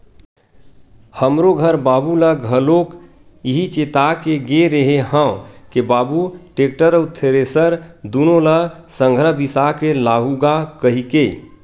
हमरो घर बाबू ल घलोक इहीं चेता के गे रेहे हंव के बाबू टेक्टर अउ थेरेसर दुनो ल संघरा बिसा के लाहूँ गा कहिके